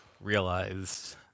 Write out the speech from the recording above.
realize